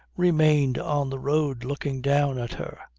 remained on the road looking down at her.